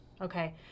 Okay